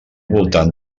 voltant